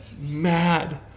mad